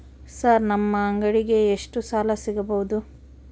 Sir ನಮ್ಮ ಅಂಗಡಿಗೆ ಎಷ್ಟು ಸಾಲ ಸಿಗಬಹುದು?